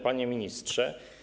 Panie Ministrze!